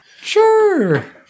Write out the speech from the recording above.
Sure